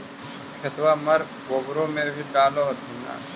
खेतबा मर गोबरो भी डाल होथिन न?